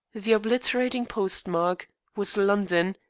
the obliterating postmark was london,